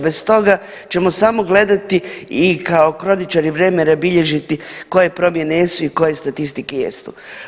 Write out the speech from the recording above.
Bez toga ćemo samo gledati i kao kroničari vremena bilježiti koje promjene jesu i koje statistike jesu.